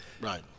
Right